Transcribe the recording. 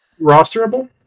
rosterable